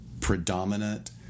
predominant